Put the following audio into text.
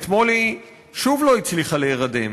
אתמול היא שוב לא הצליחה להירדם.